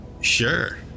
Sure